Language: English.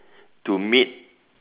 to meet